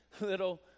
little